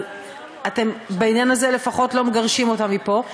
אבל אתם בעניין הזה לפחות לא מגרשים אותם מפה.